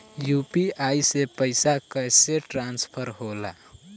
UPI से पैसा कैसे ट्रांसफर होला?